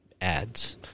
ads